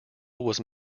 was